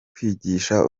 kwigisha